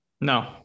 No